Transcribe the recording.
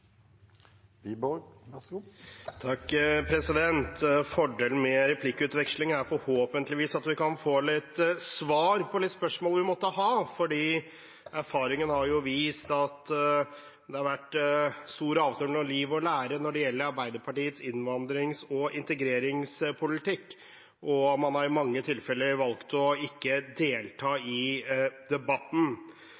at vi forhåpentligvis kan få svar på spørsmål vi måtte ha. Erfaringen har vist at det har vært stor avstand mellom liv og lære når det gjelder Arbeiderpartiets innvandrings- og integreringspolitikk. Man har i mange tilfeller valgt ikke å delta